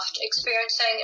experiencing